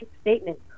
statement